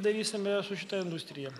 darysime su šita industrija